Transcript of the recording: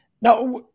Now